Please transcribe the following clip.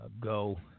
go